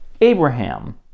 Abraham